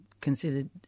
considered